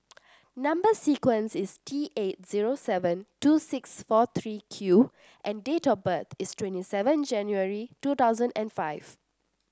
number sequence is T eight zero seven two six four three Q and date of birth is twenty seven January two thousand and five